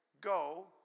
Go